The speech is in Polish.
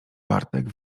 bartek